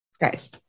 guys